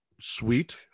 sweet